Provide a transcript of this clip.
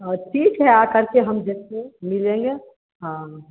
हाँ ठीक है आकर के हम जैसे मिलेंगे हाँ